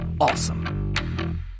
awesome